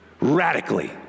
radically